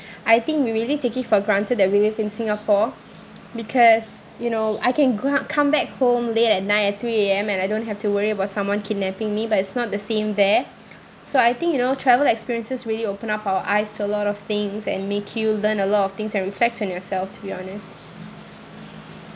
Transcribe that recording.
I think we really take it for granted that we live in singapore because you know I can go out come back home late at night at three A_M and I don't have to worry about someone kidnapping me but it's not the same there so I think you know travel experiences really open up our eyes to a lot of things and make you learn a lot of things and reflect on yourself to be honest